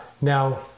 Now